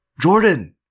Jordan